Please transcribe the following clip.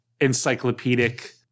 encyclopedic